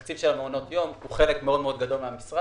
תקציב מעונות היום הוא חלק מאוד מאוד גדול מהמשרד.